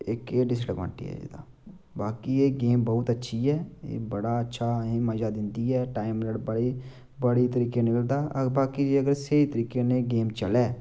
इक एह् डिसअडवेन्टेज ऐ ओह्दी बाकी ऐ गेम बहुत अच्छी ऐ एह् बड़ा अच्छा असेंगी मजा दिंदी ऐ टाइम बड़े तरीके कन्नै निकलदा बाकी अगर स्हेई तरीके कन्नै एह् गेम चलै